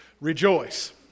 Rejoice